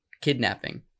kidnapping